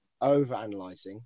overanalyzing